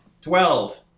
Twelve